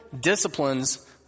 disciplines